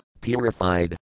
purified